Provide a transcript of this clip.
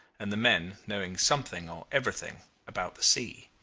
and the men knowing something or everything about the sea,